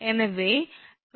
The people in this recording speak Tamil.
எனவே 25